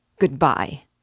Goodbye